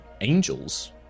angels